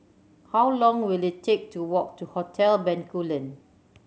how long will it take to walk to Hotel Bencoolen